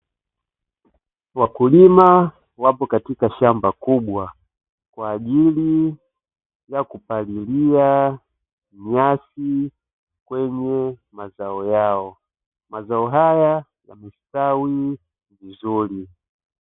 Wakulima wapo katika shamba kubwa, kwa ajili ya kupalilia nyasi kwenye mazao yao. Mazao haya yamestawi vizuri.